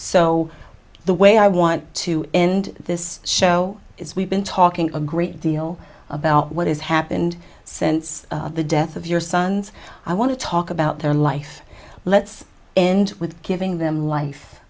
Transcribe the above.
so the way i want to end this show is we've been talking a great deal about what has happened since the death of your sons i want to talk about their life let's end with giving them life